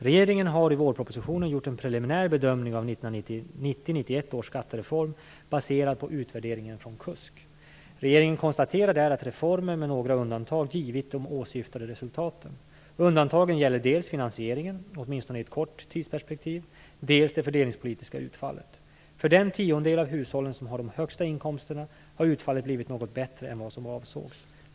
Regeringen har i vårpropositionen gjort en preliminär bedömning av 1990-1991 års skattereform, baserad på utvärderingen från KUSK. Regeringen konstaterar där att reformen med några undantag givit de åsyftade resultaten. Undantagen gäller dels finansieringen, åtminstone i ett kort tidsperspektiv, dels det fördelningspolitiska utfallet. För den tiondel av hushållen som har de högsta inkomsterna har utfallet blivit något bättre än vad som avsågs.